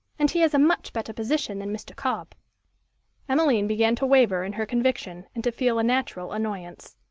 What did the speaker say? and he has a much better position than mr. cobb emmeline began to waver in her conviction and to feel a natural annoyance.